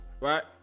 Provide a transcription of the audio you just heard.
right